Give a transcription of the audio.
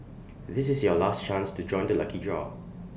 this is your last chance to join the lucky draw